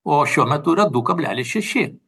o šiuo metu yra du kablelis šeši